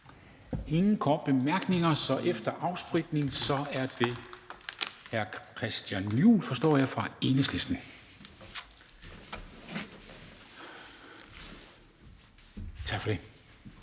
ingen korte bemærkninger, så efter afspritning er det hr. Christian Juhl, forstår jeg, fra Enhedslisten. Kl.